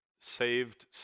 saved